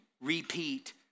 repeat